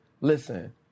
listen